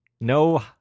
No